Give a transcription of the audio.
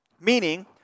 meaning